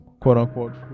quote-unquote